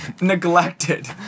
neglected